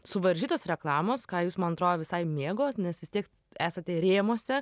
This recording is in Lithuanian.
suvaržytos reklamos ką jūs man atrodo visai mėgot nes vis tiek esate rėmuose